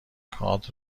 کارت